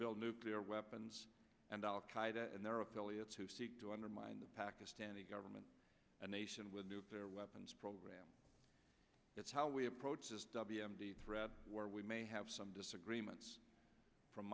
build nuclear weapons and al qaeda and their affiliates who seek to undermine the pakistani government and nation with nuclear weapons program it's how we approach the w m d threat where we may have some disagreements from